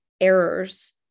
errors